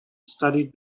studied